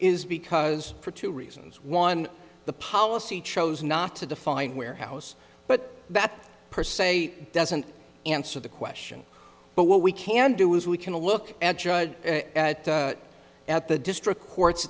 is because for two reasons one the policy chose not to define warehouse but that per se doesn't answer the question but what we can do is we can look at judge at the district